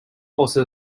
also